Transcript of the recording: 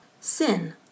sin